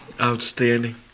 Outstanding